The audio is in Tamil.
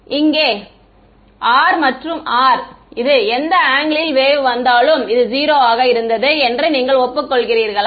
இது இங்கே R மற்றும் R இது எந்த ஆங்கிலில் வேவ் வந்தாலும் இது 0 ஆக இருந்தது என்று நீங்கள் ஒப்புக்கொள்கிறீர்களா